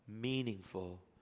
meaningful